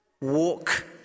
Walk